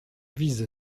vise